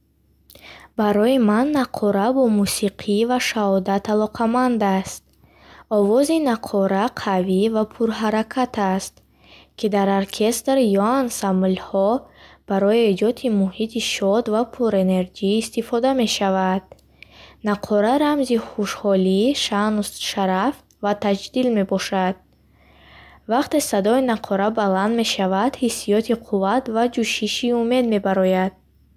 Барои ман нақора бо мусиқӣ ва шаодат алоқаманд аст. Овози нақора қавӣ ва пурҳаракат аст, ки дар оркестр ё ансамблҳо барои эҷоди муҳити шод ва пурэнерҷӣ истифода мешавад. Нақора рамзи хушҳолӣ, шаъну шараф ва таҷдил мебошад. Вақте садои нақора баланд мешавад, ҳиссиёти қувват ва ҷӯшиши умед мебарояд.